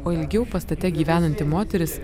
o ilgiau pastate gyvenanti moteris